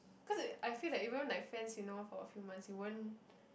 cause it I feel that even like friends you know for a few months you won't